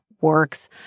works